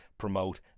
promote